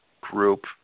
group